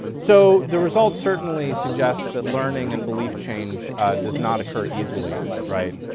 so the results certainly suggest that learning and belief change does not occur easily, right?